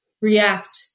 react